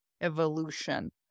evolution